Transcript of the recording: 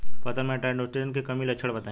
फसल में नाइट्रोजन कमी के लक्षण बताइ?